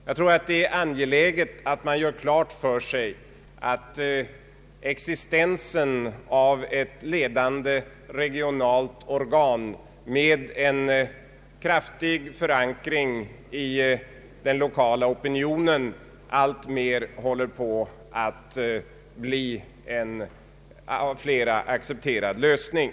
Jag tror att det är angeläget att man gör klart för sig att existensen av ett ledande regionalt organ, med en kraftig förankring i den lokala opinionen, alltmer håller på att bli en av många accepterad lösning.